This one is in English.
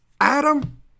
Adam